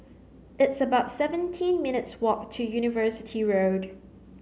it's about seventeen minutes' walk to University Road